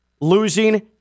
losing